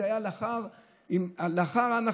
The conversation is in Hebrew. המחיר הבסיסי היה לאחר הנחה.